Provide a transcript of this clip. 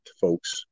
folks